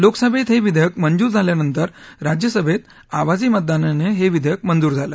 लोकसभेत हे विधेयक मंजूर झाल्यानंतर राज्यसभेत आवाजी मतदानाने हे विधेयक मंजूर झालं